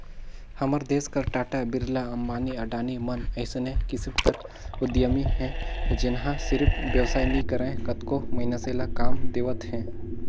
हमर देस कर टाटा, बिरला, अंबानी, अडानी मन अइसने किसिम कर उद्यमी हे जेनहा सिरिफ बेवसाय नी करय कतको मइनसे ल काम देवत हे